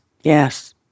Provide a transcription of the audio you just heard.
Yes